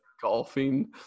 golfing